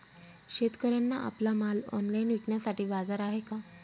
शेतकऱ्यांना आपला माल ऑनलाइन विकण्यासाठी बाजार आहे का?